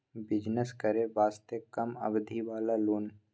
Business करे वास्ते कम अवधि वाला लोन?